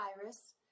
virus